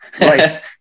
right